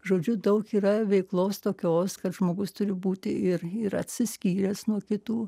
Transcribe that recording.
žodžiu daug yra veiklos tokios kad žmogus turi būti ir ir atsiskyręs nuo kitų